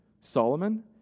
Solomon